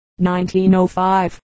1905